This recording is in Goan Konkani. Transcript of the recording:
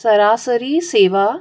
सरसरी सेवा